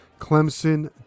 Clemson